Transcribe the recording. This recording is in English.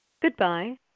Goodbye